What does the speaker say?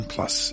Plus